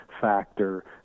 factor